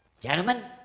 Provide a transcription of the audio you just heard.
Gentlemen